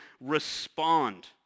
respond